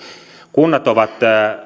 kunnat ovat